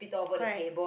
correct